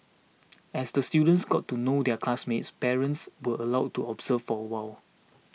as the students got to know their classmates parents were allowed to observe for a while